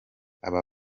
aba